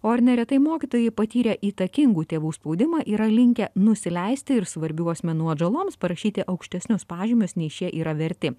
o ir neretai mokytojai patyrę įtakingų tėvų spaudimą yra linkę nusileisti ir svarbių asmenų atžaloms parašyti aukštesnius pažymius nei šie yra verti